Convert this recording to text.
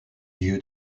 due